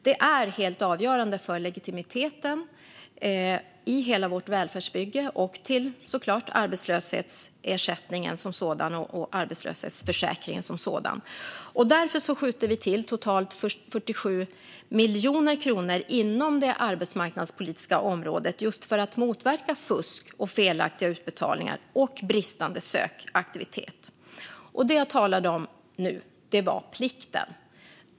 Det är helt avgörande för legitimiteten i hela vårt välfärdsbygge och såklart också för arbetslöshetsersättningen och arbetslöshetsförsäkringen som sådan. Vi skjuter därför till totalt 47 miljoner kronor inom det arbetsmarknadspolitiska området för att motverka fusk, felaktiga utbetalningar och bristande sökaktivitet. Det jag talade om nu handlade om plikten.